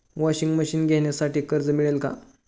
Washing machine घेण्यासाठी कर्ज मिळेल का?